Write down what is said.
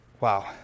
wow